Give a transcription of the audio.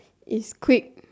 is quick